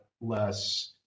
less